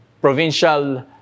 provincial